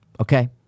okay